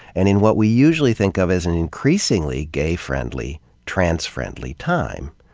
and in what we usually think of as an increasingly gay-friendly, trans-friendly time.